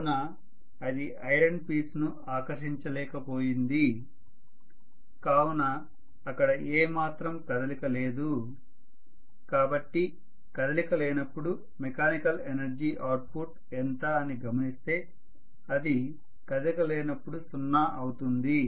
కావున అది iron piece ను ఆకర్షించలేకపోయింది కావున అక్కడ ఏ మాత్రం కదలిక లేదు కావున కదలిక లేనప్పుడు మెకానికల్ ఎనర్జీ అవుట్ ఫుట్ ఎంత అని గమనిస్తే అది కదలిక లేనప్పుడు సున్నా అవుతుంది